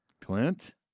Clint